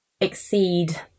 exceed